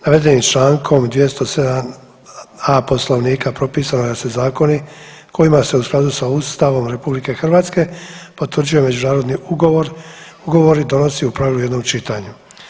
Navedenim čl. 207.a Poslovnika propisano je da se zakoni kojima se u skladu sa Ustavom RH potvrđuje međunarodni ugovori donosi u pravilu u jednom čitanju.